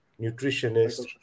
nutritionist